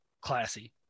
Classy